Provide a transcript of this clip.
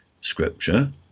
Scripture